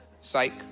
Psych